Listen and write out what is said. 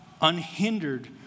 unhindered